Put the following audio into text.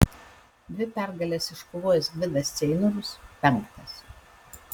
dvi pergales iškovojęs gvidas ceinorius penktas